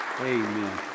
Amen